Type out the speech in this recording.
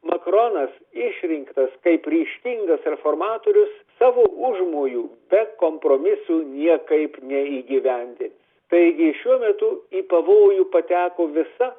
makronas išrinktas kaip ryžtingas reformatorius savo užmojų be kompromisų niekaip neįgyvendins taigi šiuo metu į pavojų pateko visa